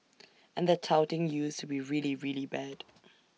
and the touting used to be really really bad